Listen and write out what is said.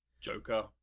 Joker